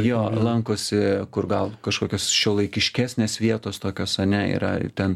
jo ir lankosi kur gal kažkokios šiuolaikiškesnės vietos tokios ane yra ten